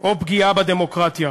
או פגיעה בדמוקרטיה.